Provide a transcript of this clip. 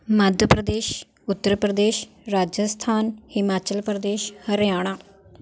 Madhya Pradesh Uttar Pradesh Rajasthan Himachal Pradesh Haryana